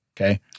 Okay